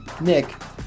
nick